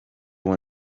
want